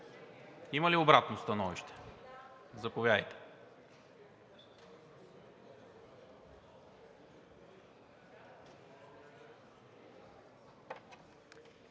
Има ли обратно становище? Заповядайте.